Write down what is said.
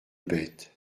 bête